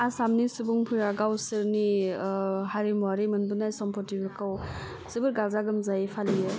आसामनि सुबुंफोरा गावसोरनि हारिमुआरि मोनबोनाय सम्पतिफोरखौ जोबोर गाजा गोमजायै फालियो